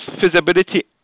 feasibility